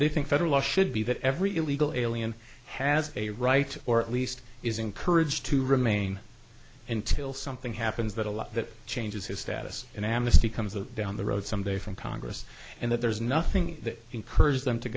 they think federal law should be that every illegal alien has a right or at least is encouraged to remain until something happens that a law that changes his status in amnesty comes that down the road someday from congress and that there's nothing that encourages them to